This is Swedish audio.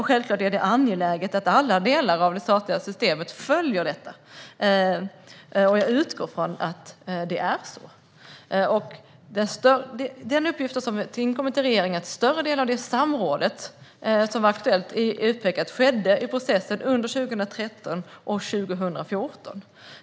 Självklart är det angeläget att alla delar av det statliga systemet följer detta, och jag utgår ifrån att det är så. Den uppgift som har inkommit till regeringen är att större delen av det utpekade samrådet skedde i processen under 2013 och 2014.